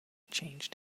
changed